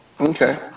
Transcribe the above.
Okay